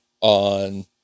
on